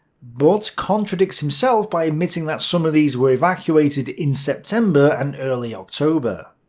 but contradicts himself by admitting that some of these were evacuated in september and early october.